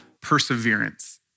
perseverance